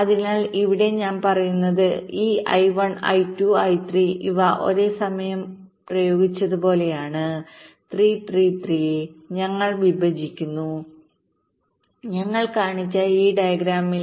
അതിനാൽ ഇവിടെ ഞാൻ പറയുന്നത് ഈ I1 I2 I3 ഇവ ഒരേ സമയം പ്രയോഗിച്ചതുപോലെയാണ് 3 3 3 ഞങ്ങൾ വിഭജിക്കുന്നു ഞാൻ കാണിച്ച ഈ ഡയഗ്രാമിൽ